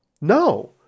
no